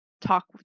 talk